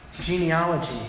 genealogy